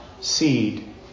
seed